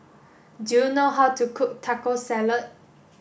do you know how to cook Taco Salad